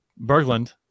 Berglund